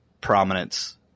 prominence